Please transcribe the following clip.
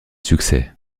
succès